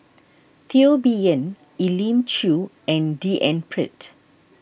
Teo Bee Yen Elim Chew and D N Pritt